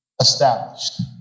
established